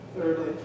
Thirdly